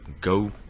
Go